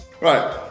Right